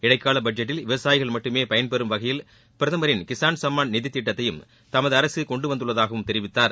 இடைக்கால பட்ஜெட்டில் விவசாயிகள் மட்டுமே பயன்பெறும் வகையில் பிரதமரின் கிஸான் சம்மான் நிதித்திட்டத்தை தமது அரசு கொண்டுவந்துள்ளதாகவும் தெரிவித்தார்